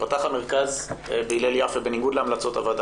ייפתח המרכז בהלל יפה בניגוד להמלצות ה וועדה